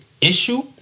issue